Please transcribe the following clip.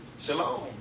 Shalom